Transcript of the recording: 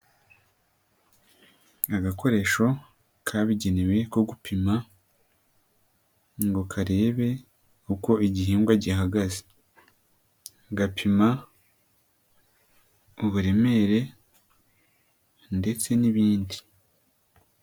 Agakoresho kabigenewe ko gupima ngo karebe uko igihingwa gihagaze, gapima uburemere ndetse n'ibindi.